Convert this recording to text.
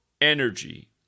energy